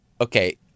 okay